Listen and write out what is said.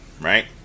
right